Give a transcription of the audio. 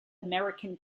american